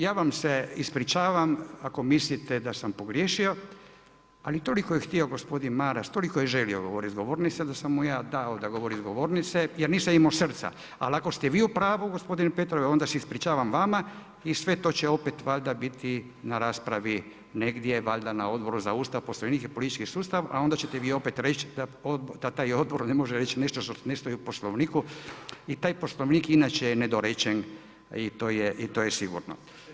Ja vam se ispričavam ako mislite da sam pogriješio, ali toliko je htio Gospodin Maras, toliko je želio govoriti s ove govornice da sam mu ja dao da govori s govornice jer nisam imao srca, ali ako ste vi u pravo, gospodine Petrov, onda se ispričavam vama i sve to će opet valjda biti na raspravi negdje, valjda na Odboru za Ustav, Poslovnik i politički sustav, a onda ćete vi opet reći da taj Odbor ne može reći nešto što ne stoji u Poslovniku i taj Poslovnik inače je nedorečen i to je sigurno.